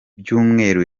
ibyumweru